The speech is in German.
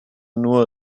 nur